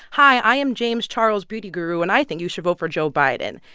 hi, i am james charles, beauty guru, and i think you should vote for joe biden.